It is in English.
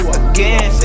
again